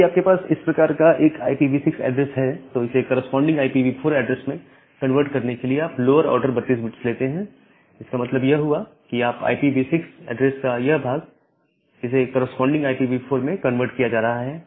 यदि आपके पास इस प्रकार एक IPv6 एड्रेस है तो इसे कॉरस्पॉडिंग IPv4 एड्रेस में कन्वर्ट करने के लिए आप लोअर आर्डर 32 बिट्स लेते हैं इसका मतलब यह हुआ कि IPv6 एड्रेस का यह भाग इसे कॉरस्पॉडिंग IPv4 में कन्वर्ट किया जा रहा है